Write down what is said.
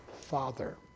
Father